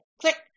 Click